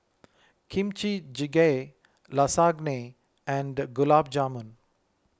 Kimchi Jjigae Lasagne and Gulab Jamun